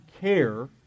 care